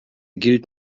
gilt